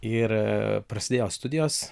ir prasidėjo studijos